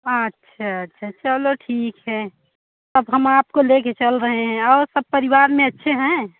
अच्छा अच्छा चलो ठीक है अब हम आपको लेकर चल रहे हैं और सब परिवार में अच्छे हैं